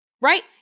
Right